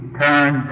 turn